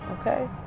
okay